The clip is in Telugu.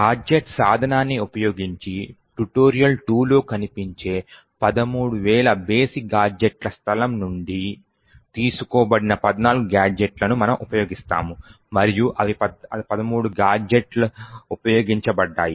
గాడ్జెట్ సాధనాన్ని ఉపయోగించి tutorial2 లో కనిపించే 13000 బేసి గాడ్జెట్ల స్థలం నుండి తీసుకోబడిన 14 గాడ్జెట్లను మనము ఉపయోగిస్తాము మరియు ఇవి 13 గాడ్జెట్లు ఉపయోగించబడ్డాయి